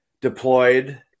deployed